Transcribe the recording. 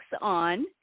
on